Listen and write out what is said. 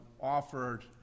offered